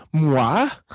moi?